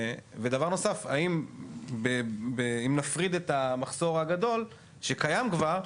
דבר נוסף: אם נפריד את המחסור הגדול שקיים כבר,